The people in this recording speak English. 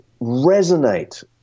resonate